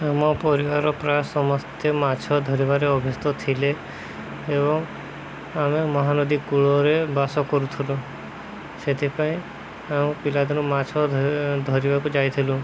ଆମ ପରିବାରର ପ୍ରାୟ ସମସ୍ତେ ମାଛ ଧରିବାରେ ଅଭ୍ୟସ୍ତ ଥିଲେ ଏବଂ ଆମେ ମହାନଦୀ କୂଳରେ ବାସ କରୁଥିଲୁ ସେଥିପାଇଁ ଆମ ପିଲାଦିନ ମାଛ ଧରିବାକୁ ଯାଇଥିଲୁ